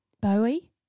Bowie